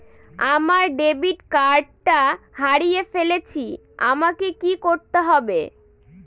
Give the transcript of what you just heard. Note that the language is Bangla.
আমার ডেবিট কার্ডটা হারিয়ে ফেলেছি আমাকে কি করতে হবে?